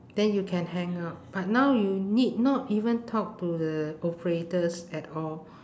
then you can hang up but now you need not even talk to the operators at all